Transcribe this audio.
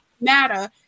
matter